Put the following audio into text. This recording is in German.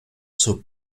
zur